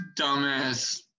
dumbass